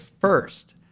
first